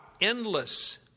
endless